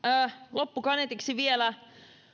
loppukaneetiksi vielä